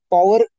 Power